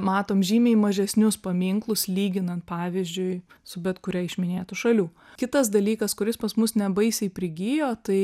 matom žymiai mažesnius paminklus lyginant pavyzdžiui su bet kuria iš minėtų šalių kitas dalykas kuris pas mus nebaisiai prigijo tai